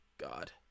God